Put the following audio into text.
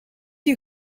you